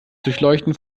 durchleuchten